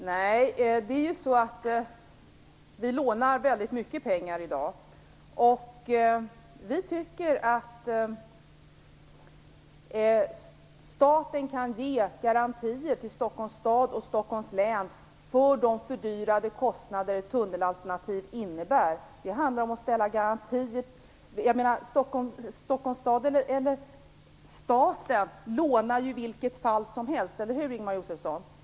Herr talman! Vi lånar i dag väldigt mycket pengar. Miljöpartiet tycker att staten kan ge garantier till Stockholms stad och Stockholms län för de kostnadsfördyringar som ett tunnelalternativ innebär. Det handlar om att ställa garantier. Staten lånar ju i vilket fall som helst - eller hur, Ingemar Josefsson?